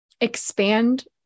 expand